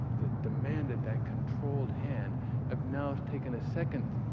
that demanded that controlled hand have now taken a second.